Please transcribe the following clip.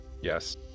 Yes